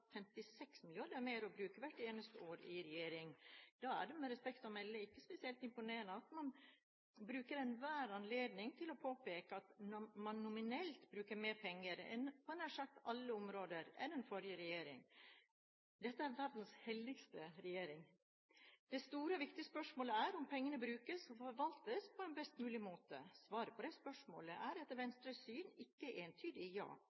56 mrd. kr. mer å bruke hvert eneste år i regjering. Da er det med respekt å melde ikke spesielt imponerende at man bruker enhver anledning til å påpeke at man nominelt bruker mer penger på nær sagt alle områder enn den forrige regjering. Dette er verdens heldigste regjering. Det store og viktige spørsmålet er om pengene brukes og forvaltes på en best mulig måte. Svaret på det spørsmålet er – etter Venstres syn – ikke entydig ja.